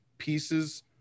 pieces